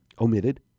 omitted